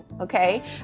okay